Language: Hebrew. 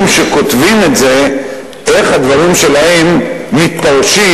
שכותבים את זה איך הדברים שלהם מתפרשים,